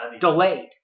delayed